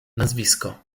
nazwisko